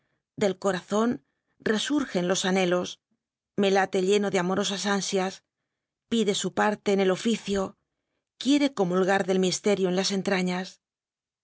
del corazón resurgen los anhelos me late lleno de amorosas ansias pide su parte en el oficio quiere comulgar del misterio en las entrañas